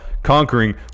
Conquering